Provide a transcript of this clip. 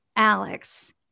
Alex